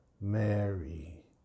Mary